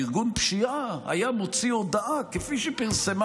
וארגון פשיעה היה מוציא הודעה כפי שפרסמה,